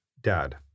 Dad